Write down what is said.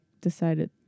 decided